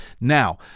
Now